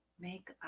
make